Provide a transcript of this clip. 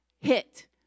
hit